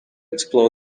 explore